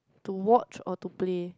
to watch or to play